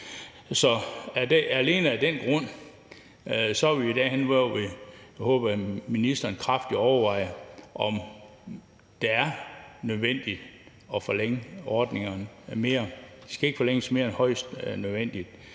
Så alene af den grund er vi derhenne, hvor vi håber, at ministeren kraftigt overvejer, om det er nødvendigt at forlænge ordningerne yderligere. De skal ikke forlænges mere end højst nødvendigt.